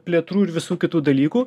plėtrų ir visų kitų dalykų